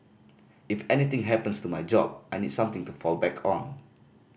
if anything happens to my job I need something to fall back on